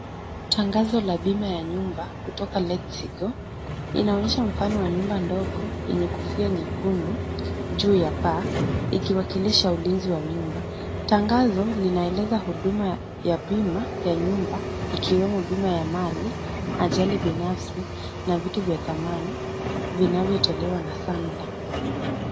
Tangazo la bima ya nyumba kutoka Letsgo inaonyesha mfano wa nyumba ndogo yenye kofia nyekundu juu ya paa ikiwakilisha ulinzi wa nyumba. Tangazo linaeleza huduma ya bima ya nyumba ikiwemo bima ya mali, ajali binafsi na vitu vya thamani vinavyotolewa na Sanlam.